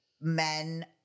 men